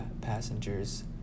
passengers